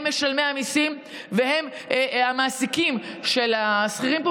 הם משלמי המיסים והם המעסיקים של השכירים פה,